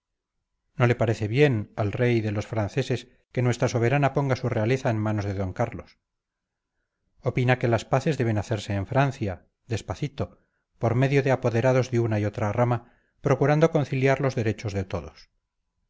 no le parece bien al rey de los franceses que nuestra soberana ponga su realeza en manos de d carlos opina que las paces deben hacerse en francia despacito por medio de apoderados de una y otra rama procurando conciliar los derechos de todos